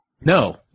no